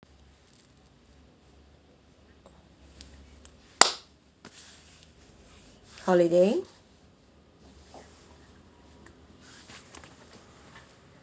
holiday